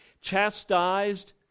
Chastised